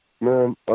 man